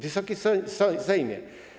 Wysoki Sejmie!